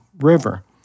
River